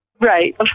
Right